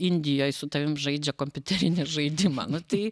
indijoj su tavim žaidžia kompiuterinį žaidimą nu tai